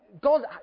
God